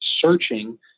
searching